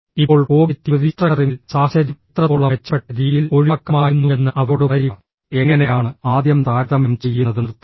ഇപ്പോൾ കോഗ്നിറ്റീവ് റീസ്ട്രക്ചറിംഗിൽ സാഹചര്യം എത്രത്തോളം മെച്ചപ്പെട്ട രീതിയിൽ ഒഴിവാക്കാമായിരുന്നുവെന്ന് അവരോട് പറയുക എങ്ങനെയാണ് ആദ്യം താരതമ്യം ചെയ്യുന്നത് നിർത്തുന്നത്